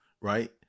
right